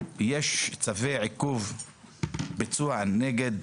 יש צווי עיכוב ביצוע נגד